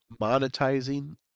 monetizing